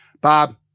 bob